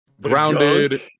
Grounded